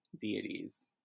deities